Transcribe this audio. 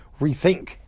rethink